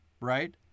Right